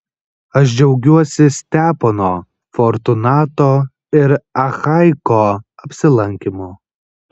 aš džiaugiuosi stepono fortunato ir achaiko apsilankymu